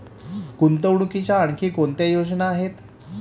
गुंतवणुकीच्या आणखी कोणत्या योजना आहेत?